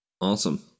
Awesome